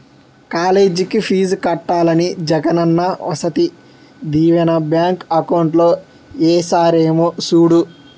కాలేజికి ఫీజు కట్టాలి Jagananna Vasathi Deevena bank account లో ఏసారేమో సూడు